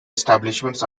establishments